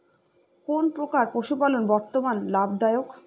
কোন প্রকার পশুপালন বর্তমান লাভ দায়ক?